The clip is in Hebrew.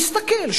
מסתכל,